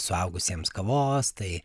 suaugusiems kavos tai